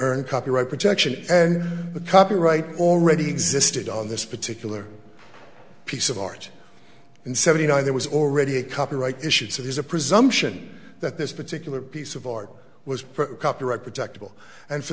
earn copyright protection and the copyright already existed on this particular piece of art in seventy nine there was already a copyright issued so there's a presumption that this particular piece of art was for copyright protected all and for